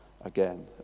again